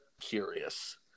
curious